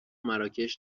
مراکش